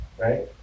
right